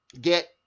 get